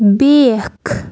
بیٛاکھ